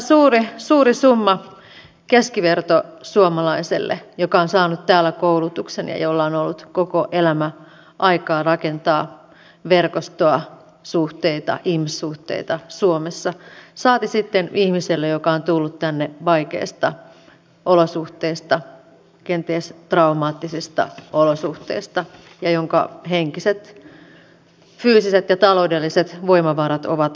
tämä on suuri summa keskivertosuomalaiselle joka on saanut täällä koulutuksen ja jolla on ollut koko elämä aikaa rakentaa verkostoa suhteita ihmissuhteita suomessa saati sitten ihmiselle joka on tullut tänne vaikeista olosuhteista kenties traumaattisista olosuhteista ja jonka henkiset fyysiset ja taloudelliset voimavarat ovat vähissä